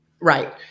Right